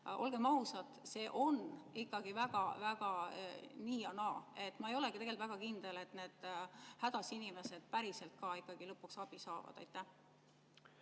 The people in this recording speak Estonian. Olgem ausad, see on ikkagi väga nii ja naa. Ma ei olegi tegelikult väga kindel, et need hädas inimesed päriselt ka lõpuks abi saavad. Aitäh!